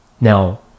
Now